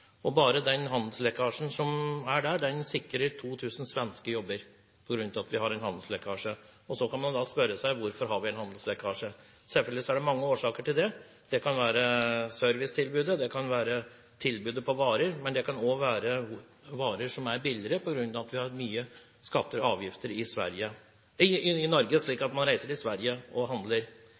Bare på grunn av handelslekkasjen dit sikres 2 000 svenske jobber. Så kan man spørre seg hvorfor man har en handelslekkasje. Selvfølgelig er det mange årsaker til det – det kan være servicetilbudet, det kan være tilbudet av varer, men det kan også være på grunn av at varer er billigere fordi vi har mye skatter og avgifter i Norge, og så reiser man til Sverige og handler. Noe annet kan være samferdsel, som statsråden ikke var innom i